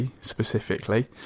specifically